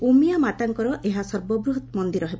ଉମିୟା ମାତାଙ୍କର ଏହା ସର୍ବବୃହତ୍ ମନ୍ଦିର ହେବ